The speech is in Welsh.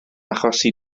achosi